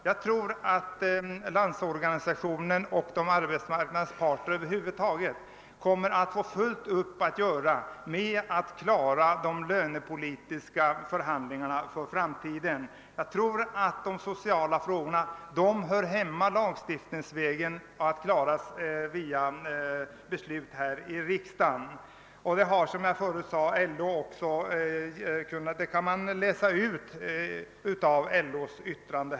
Jag tror att Landsorganisationen och arbetsmarknadens parter över huvud taget kommer att få fullt upp att göra med att klara de lönepolitiska förhandlingarna i framtiden. De sociala frågorna bör därför behandlas lagstiftningsvägen och alltså klaras genom beslut här i riksdagen. Att också LO har den uppfattningen kan man läsa ut av LO:s yttrande.